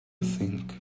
think